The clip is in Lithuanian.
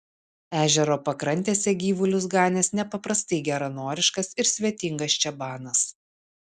ežero pakrantėse gyvulius ganęs nepaprastai geranoriškas ir svetingas čabanas